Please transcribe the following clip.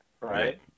right